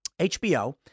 HBO